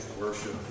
worship